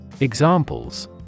Examples